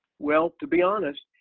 well to be honest,